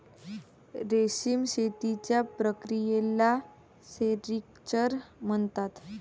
रेशीम शेतीच्या प्रक्रियेला सेरिक्चर म्हणतात